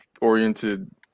oriented